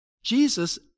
Jesus